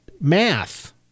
math